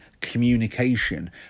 communication